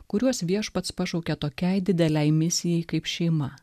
kuriuos viešpats pašaukė tokiai didelei misijai kaip šeima